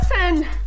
Listen